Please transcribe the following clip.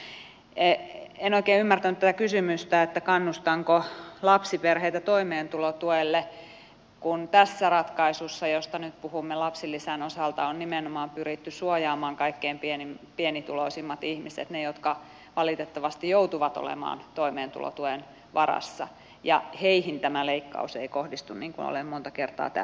en oikein ymmärtänyt tätä kysymystä kannustanko lapsiperheitä toimeentulotuelle kun tässä ratkaisussa josta nyt puhumme lapsilisän osalta on nimenomaan pyritty suojaamaan kaikkein pienituloisimmat ihmiset ne jotka valitettavasti joutuvat olemaan toimeentulotuen varassa ja heihin tämä leikkaus ei kohdistu niin kuin olen monta kertaa täällä aiemminkin todennut